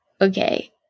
Okay